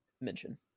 mention